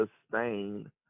sustain